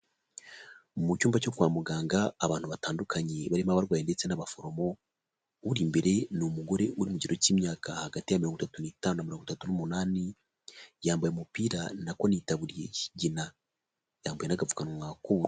Mu cyumba cyo kwa muganga abantu batandukanye barimo abarwayi ndetse n'abaforomo, uri imbere ni umugore uri mu kigero cy'imyaka hagati ya mirongo itatu n'itanu na mirongo itatu n'umunani, yambaye umupira nako n'itaburiya y'ikigina, yambaye n'agapfukamunwa k'ubu